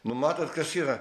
nu matot kas yra